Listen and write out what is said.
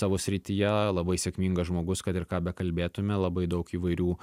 savo srityje labai sėkmingas žmogus kad ir ką bekalbėtume labai daug įvairių